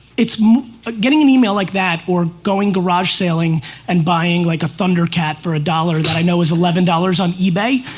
it's but getting an email like that or going garage saling and buying like a thundercat for a dollar that i know is eleven dollars on ebay.